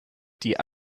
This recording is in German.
die